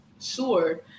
sure